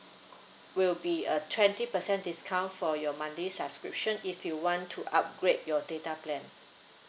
will be a twenty percent discount for your monthly subscription if you want to upgrade your data plan